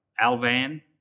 Alvan